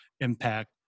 impact